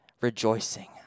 rejoicing